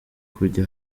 kujya